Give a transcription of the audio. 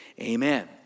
amen